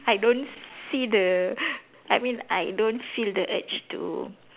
I don't see the I mean I don't feel the urge to